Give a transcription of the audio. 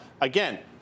again